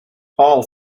all